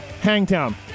Hangtown